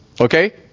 Okay